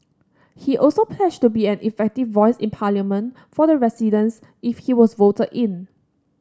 he also pledged to be an effective voice in Parliament for the residents if he was voted in